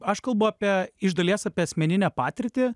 aš kalbu apie iš dalies apie asmeninę patirtį